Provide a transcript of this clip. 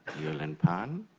yulin pan.